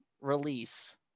release